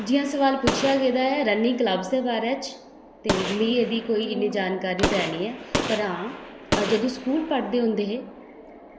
जि'यां सोआल पुच्छेआ गेदा ऐ रनिंग क्लब दे बारे च ते मिगी एह्दी कोई इन्नी जानकारी ते ऐ निं ऐ पर जदूं स्कूल पढ़दे होंदे हे